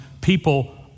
people